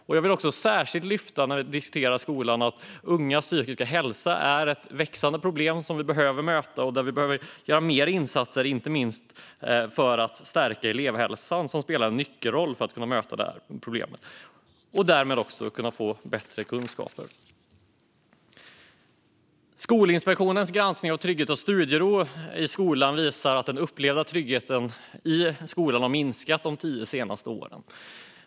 När vi diskuterar skolan vill jag särskilt lyfta fram att ungas psykiska hälsa är ett växande problem som vi behöver möta. Vi behöver göra mer insatser, inte minst för att stärka elevhälsan som spelar en nyckelroll i sammanhanget. Med bättre hälsa kan eleverna också få bättre kunskaper. Skolinspektionens granskning av trygghet och studiero i skolan visar att den upplevda tryggheten i skolan har minskat de senaste tio åren.